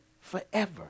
forever